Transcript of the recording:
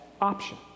option